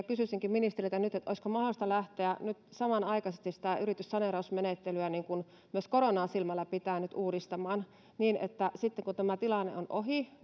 kysyisinkin ministeriltä nyt olisiko mahdollisesta lähteä nyt samanaikaisesti sitä yrityssaneerausmenettelyä myös koronaa silmällä pitäen uudistamaan niin että sitten kun tämä tilanne on ohi